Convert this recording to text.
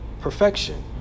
perfection